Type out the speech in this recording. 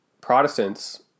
Protestants